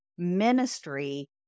ministry